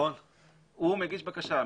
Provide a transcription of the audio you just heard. הוא מגיש בקשה,